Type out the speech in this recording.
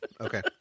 Okay